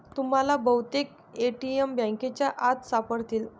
तुम्हाला बहुतेक ए.टी.एम बँकांच्या आत सापडतील